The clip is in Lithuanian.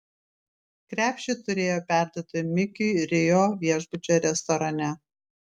krepšį turėjo perduoti mikiui rio viešbučio restorane